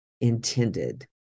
intended